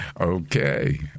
Okay